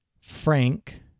Frank